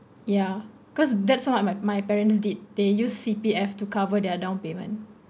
ya cause that's what my my parents did they use C_P_F to cover their down payment